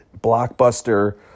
blockbuster